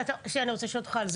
אני רוצה לשאול אותך על זה,